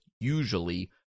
usually